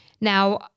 Now